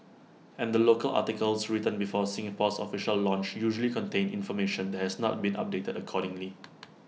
and the local articles written before Singapore's official launch usually contain information that has not been updated accordingly